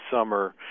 summer